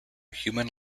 human